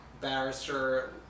barrister